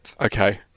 Okay